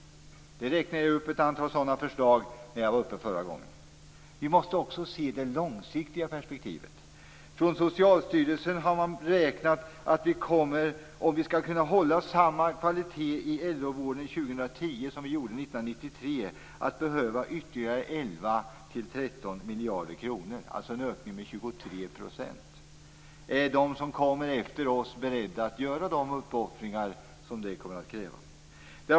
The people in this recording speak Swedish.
Jag räknade upp ett antal sådana förslag i mitt tidigare anförande. Vi måste också se det långsiktiga perspektivet. Socialstyrelsen har beräknat att om vi skall kunna hålla samma kvalitet i äldrevården år 2010 som vi gjorde 1993 kommer vi att behöva ytterligare 11-13 Är de som kommer efter oss beredda att göra de uppoffringar som det kommer att kräva?